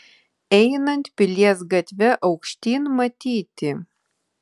einant pilies gatve aukštyn matyti